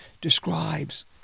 describes